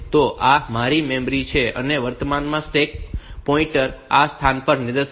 તો આ મારી મેમરી છે અને વર્તમાન સ્ટેક પોઇન્ટર આ સ્થાન તરફ નિર્દેશ કરે છે